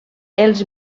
els